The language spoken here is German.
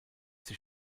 sich